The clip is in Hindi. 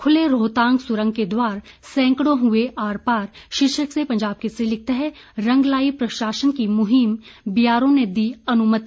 खुले रोहतांग सुरंग के द्वार सैकड़ों हुए आर पार शीर्षक से पंजाब केसरी लिखता है रंग लाई प्रशासन की मुहिम बीआरओ ने दी अनुमति